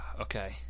Okay